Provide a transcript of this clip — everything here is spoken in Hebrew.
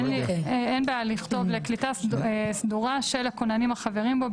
אין בעיה לכתוב "לקליטה סדורה של הכוננים החברים בו,